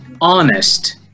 honest